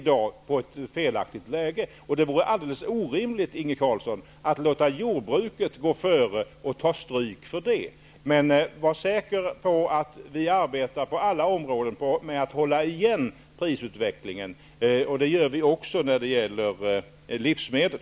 Det vore alldeles orimligt, Inge Carlsson, att låta jordbruket gå före och ta stryk därför. Var emellertid säker på att vi på alla områden arbetar med att hålla igen prisutvecklingen -- även på livsmedel.